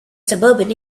suburban